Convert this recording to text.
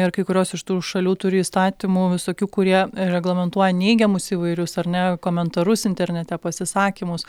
ir kai kurios iš tų šalių turi įstatymų visokių kurie reglamentuoja neigiamus įvairius ar ne komentarus internete pasisakymus